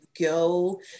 go